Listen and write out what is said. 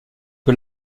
que